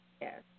Yes